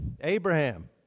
Abraham